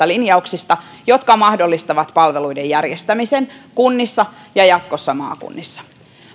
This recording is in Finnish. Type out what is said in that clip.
linjauksista jotka mahdollistavat palveluiden järjestämisen kunnissa ja jatkossa maakunnissa